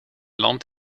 land